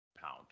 pound